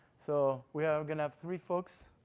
so we are going to have three folks.